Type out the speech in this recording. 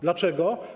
Dlaczego?